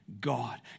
God